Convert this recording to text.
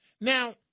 Now